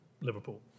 Liverpool